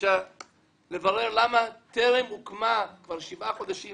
לבקשה לברר למה כבר שבעה חודשים